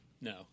No